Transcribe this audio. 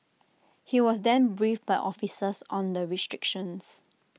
he was then briefed by officers on the restrictions